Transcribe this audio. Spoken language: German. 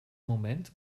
moment